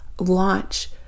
launch